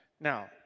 Now